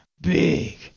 Big